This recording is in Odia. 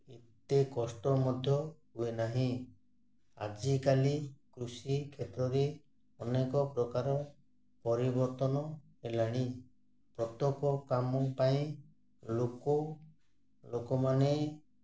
ଏତେ କଷ୍ଟ ମଧ୍ୟ ହୁଏ ନାହିଁ ଆଜିକାଲି କୃଷି କ୍ଷେତ୍ରରେ ଅନେକ ପ୍ରକାର ପରିବର୍ତ୍ତନ ହେଲାଣି ପ୍ରତ୍ୟେକ କାମ ପାଇଁ ଲୋକ ଲୋକମାନେ